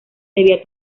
debía